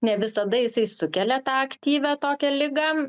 ne visada jisai sukelia tą aktyvią tokią ligą